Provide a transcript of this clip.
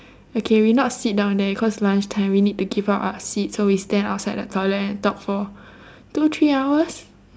okay we not sit down there cause lunch time we need to give up our seats so we stand outside the toilet and talk for two three hours